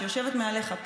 שיושבת מעליך,